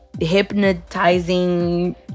hypnotizing